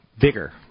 Bigger